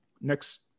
next